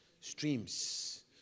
Streams